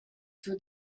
two